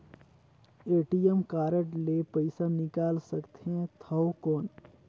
ATM card ले पइसा निकाल सकथे थव कौन?